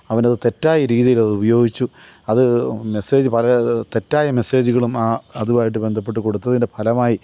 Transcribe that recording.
അവനത് തെറ്റായ രീതിയിലതുപയോഗിച്ചു അത് മെസ്സേജ് പല തെറ്റായ മെസ്സേജുകളും ആ അതുമായിട്ട് ബന്ധപ്പെട്ട് കൊടുത്തതിന്റെ ഫലമായി